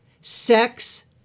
sex